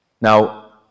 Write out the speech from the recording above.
Now